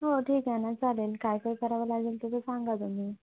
हो ठीक आहे ना चालेल काय काय करावं लागेल त्याचं सांगा तुम्ही